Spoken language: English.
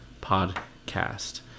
podcast